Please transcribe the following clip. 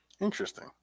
Interesting